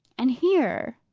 and here,